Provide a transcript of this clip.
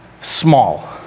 small